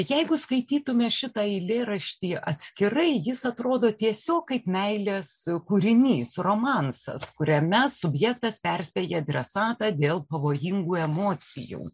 jeigu skaitytume šitą eilėraštį atskirai jis atrodo tiesiog kaip meilės kūrinys romansas kuriame subjektas perspėja adresatą dėl pavojingų emocijų